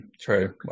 True